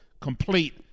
complete